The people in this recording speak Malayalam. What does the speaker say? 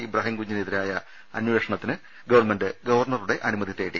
ഇബ്രാഹിം കുഞ്ഞിനെതിരായ അമ്പേഷണത്തിന് ഗവൺമെന്റ് ഗവർണറുടെ അനുമതി തേടി